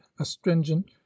astringent